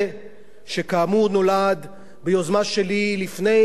נולד ביוזמה שלי לפני יותר משלוש שנים,